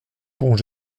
pond